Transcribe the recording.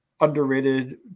underrated